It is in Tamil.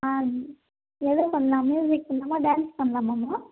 ஆ எது பண்ணலாம் மியூசிக் பண்ணலாமா டான்ஸ் பண்ணலாமாம்மா